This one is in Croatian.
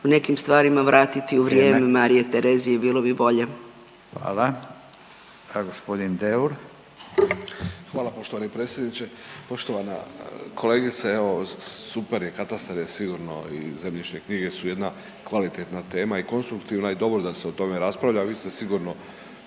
u nekim stvarima vratiti u vrijeme .../Upadica: Vrijeme./... Marije Terezije, bilo bi bolje. **Radin, Furio (Nezavisni)** Hvala G. Deur. **Deur, Ante (HDZ)** Hvala poštovani predsjedniče, poštovana kolegice, evo, super je, katastar je sigurno i zemljišne knjige su jedna kvalitetna tema i konstruktivna i dobro da se o tome raspravlja. Vi ste sigurno